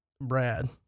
Brad